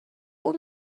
اون